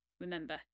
remember